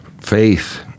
faith